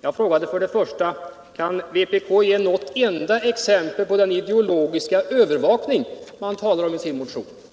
Jag frågade för det första: Kan vpk ge något enda exempel på den ideologiska övervakning man talar om i sin motion?